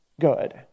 good